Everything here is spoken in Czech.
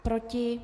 Proti?